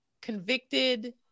convicted